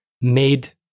made